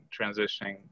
transitioning